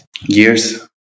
years